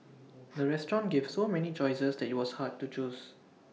the restaurant gave so many choices that IT was hard to choose